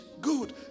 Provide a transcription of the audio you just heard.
good